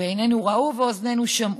ועינינו ראו ואוזנינו שמעו,